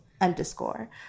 underscore